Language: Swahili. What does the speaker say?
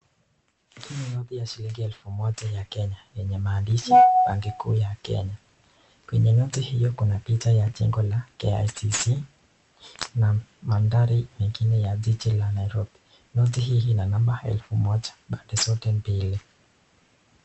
Hii ni noti ya shilingi ya elfu moja yenye maandishi benki kuu ya Kenya kwenye noti hiyo Kuna picha ya jengo la KICC na mandhari mengine ya jiji la Nairobi Noti hii Ina namba elfu moja pande zote mbili.